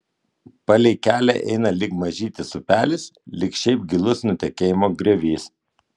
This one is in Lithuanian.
palei kelią eina lyg mažytis upelis lyg šiaip gilus nutekėjimo griovys